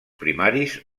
primaris